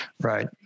Right